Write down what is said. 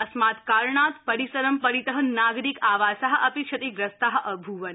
अस्मात् कारणात् परिसर परित नागरिक आवासा अपि क्षतिप्रस्ता अभूवन्